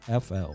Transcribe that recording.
FL